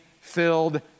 filled